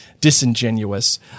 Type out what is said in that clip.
disingenuous